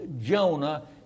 Jonah